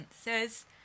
says